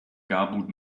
garbled